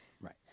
right